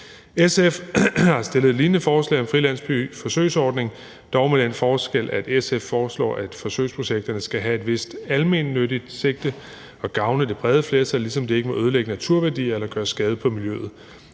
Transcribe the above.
SF har fremsat et lignende forslag om frilandsbyforsøgsordning, dog med den forskel, at SF foreslår, af forsøgsprojekterne skal have et vist almennyttigt sigte og gavne det brede flertal, ligesom det ikke må ødelægge naturværdier eller gøre skade på miljøet.